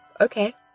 Okay